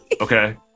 okay